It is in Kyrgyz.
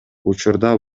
учурда